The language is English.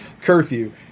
curfew